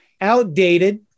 outdated